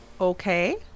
Okay